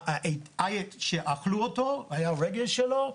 עיט שאכלו אותו, היה רגל שלו,